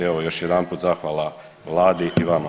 Evo, još jedanput zahvala vladi i vama.